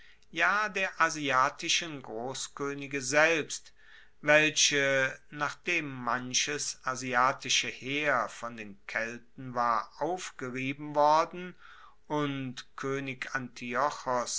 ja der asiatischen grosskoenige selbst welche nachdem manches asiatische heer von den kelten war aufgerieben worden und koenig